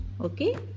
okay